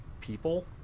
people